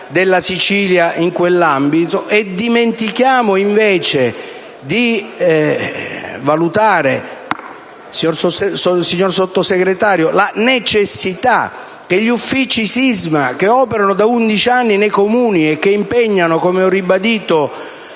della Sicilia in quell'ambito, e dimentichiamo, invece, di valutare, signora Sottosegretario, la necessità che gli uffici sisma che operano da 11 anni nei Comuni e che impegnano, come ho ribadito,